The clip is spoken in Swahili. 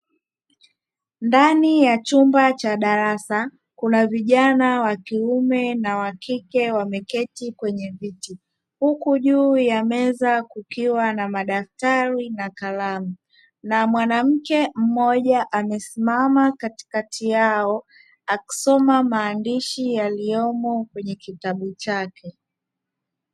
Ndani ya chumba cha darasa; kuna vijana wa kiume na wa kike wameketi kwenye viti, huku juu ya meza kukiwa na madaftari na kalamu. Na mwanamke mmoja amesimama katikati yao, akisoma maandishi yaliyomo kwenye kitabu chake.